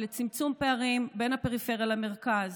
לצמצום פערים בין הפריפריה למרכז.